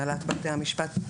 הנהלת בתי המשפט.